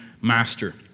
master